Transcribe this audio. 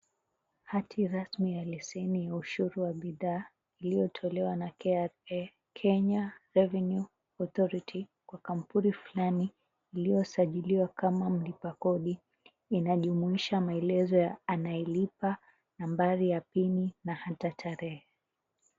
Hati rasmi ya leseni ya ushuru wa bidhaa iliyotolewa na KRA, Kenya Revenue Authority kwa kampuni flani iliyosajiliwa kama mlipa kodi inajumulisha maelezo ya anayelipa, nambari ya pini na hata tarehe.